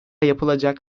yapılacak